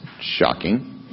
shocking